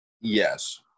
Yes